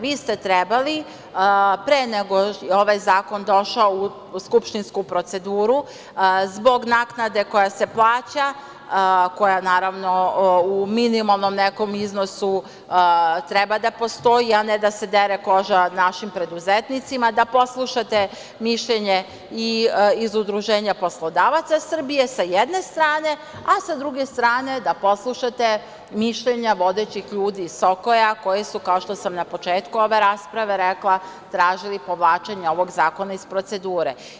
Vi ste trebali, pre nego što je ovaj zakon došao u skupštinsku proceduru zbog naknade koja se plaća, koja naravno u minimalnom nekom iznosu treba da postoji, a ne da se dere koža našim preduzetnicima, da poslušate mišljenje i iz Udruženja poslodavaca Srbije, s jedne strane, a s druge strane da poslušate mišljenja vodećih ljudi SOKOJ-a koji su, kao što sam na početku ove rasprave rekla, tražili povlačenje ovog zakona iz procedure.